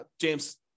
James